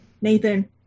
Nathan